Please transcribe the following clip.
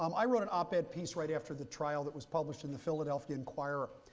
um i wrote an op ed piece right after the trial that was published in the philadelphia inquirer.